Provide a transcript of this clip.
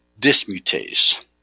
dismutase